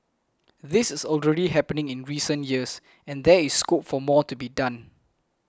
this is already happening in recent years and there is scope for more to be done